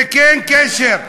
זה כן קשור.